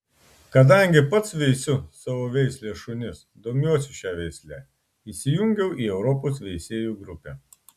kadangi pats veisiu savo veislės šunis domiuosi šia veisle įsijungiau į europos veisėjų grupę